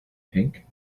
pink